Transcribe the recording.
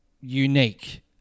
unique